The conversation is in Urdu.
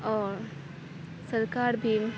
اور سرکار بھی